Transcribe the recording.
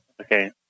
Okay